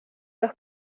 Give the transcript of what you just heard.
los